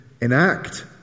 enact